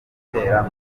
utera